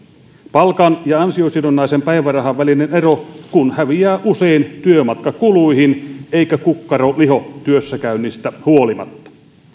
palkan ja ansiosidonnaisen päivärahan välinen ero kun häviää usein työmatkakuluihin eikä kukkaro liho työssä käynnistä huolimatta